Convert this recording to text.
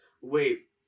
Wait